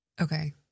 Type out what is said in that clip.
Okay